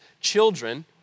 children